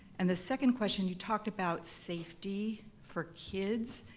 and the second question, you talked about safety for kids,